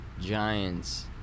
Giants